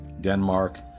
Denmark